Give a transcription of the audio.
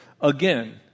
again